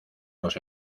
los